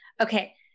Okay